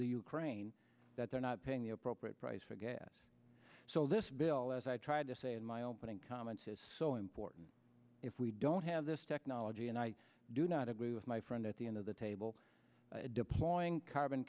the ukraine that they're not paying the appropriate price for gas so this bill as i tried to say in my opening comments is so important if we don't have this technology and i do not agree with my friend at the end of the table deploying carbon